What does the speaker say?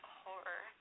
horror